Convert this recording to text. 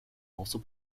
also